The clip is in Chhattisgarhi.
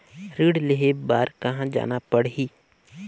ऋण लेहे बार कहा जाना पड़ही?